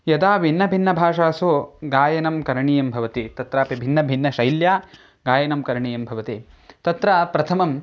यदा भिन्नभिन्नभाषासु गायनं करणीयं भवति तत्रापि भिन्नभिन्नशैल्या गायनं करणीयं भवति तत्र प्रथमं